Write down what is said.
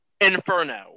Inferno